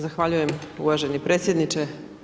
Zahvaljujem uvaženi predsjedniče.